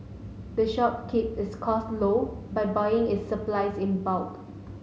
the shop keep its costs low by buying its supplies in bulk